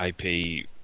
IP